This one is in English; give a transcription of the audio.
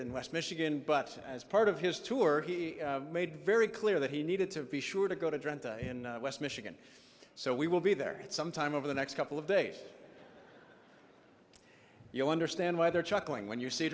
in west michigan but as part of his tour he made very clear that he needed to be sure to go to toronto in west michigan so we will be there at some time over the next couple of days you'll understand why they're chuckling when you see